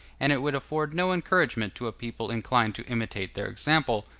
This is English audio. and it would afford no encouragement to a people inclined to imitate their example,